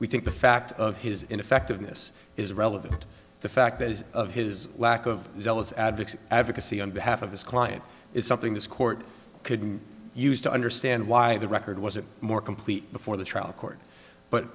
we think the fact of his ineffectiveness is relevant the fact is of his lack of zealous advocacy advocacy on behalf of his client is something this court could use to understand why the record was a more complete before the trial court but